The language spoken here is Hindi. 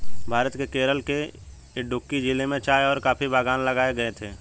भारत के केरल के इडुक्की जिले में चाय और कॉफी बागान लगाए गए थे